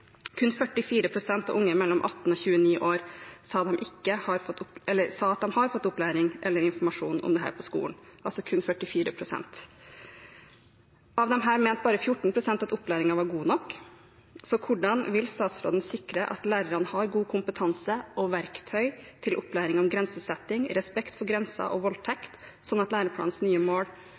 Kun 44 pst. av unge mellom 18 og 29 år sa at de hadde fått opplæring eller informasjon om dette på skolen, altså kun 44 pst. Av disse mente bare 14 pst. at opplæringen var god nok. Så hvordan vil statsråden sikre at lærerne har god kompetanse og verktøy til opplæring i grensesetting, om respekt for grenser og om voldtekt, slik at læreplanens nye mål